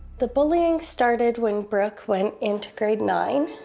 the bullying started when brooke went into grade nine.